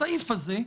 הסעיף הזה,